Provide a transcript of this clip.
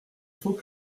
faut